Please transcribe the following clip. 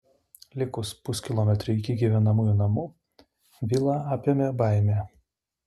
likus puskilometriui iki gyvenamųjų namų vilą apėmė baimė